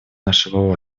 нашего